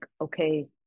okay